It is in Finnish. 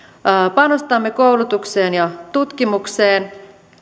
panostamme koulutukseen ja tutkimukseen